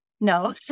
No